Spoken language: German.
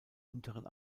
unteren